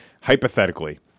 Hypothetically